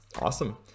Awesome